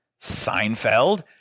Seinfeld